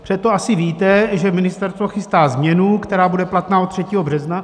Protože to asi víte, že ministerstvo chystá změnu, která bude platná od 3. března.